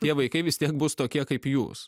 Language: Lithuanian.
tie vaikai vis tiek bus tokie kaip jūs